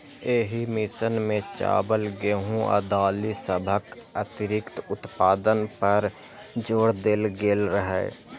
एहि मिशन मे चावल, गेहूं आ दालि सभक अतिरिक्त उत्पादन पर जोर देल गेल रहै